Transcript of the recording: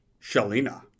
Shalina